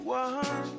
one